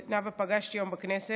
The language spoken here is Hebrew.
את נאוה פגשתי היום בכנסת,